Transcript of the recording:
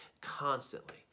constantly